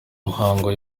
muhango